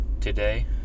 today